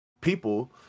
people